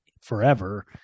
forever